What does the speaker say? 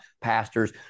pastors